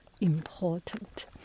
important